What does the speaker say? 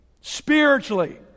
spiritually